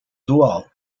dual